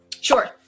Sure